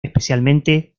especialmente